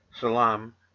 salam